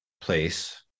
place